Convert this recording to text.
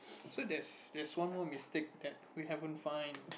so there's there's one more mistake that we haven't find